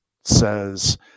says